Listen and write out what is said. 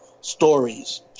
stories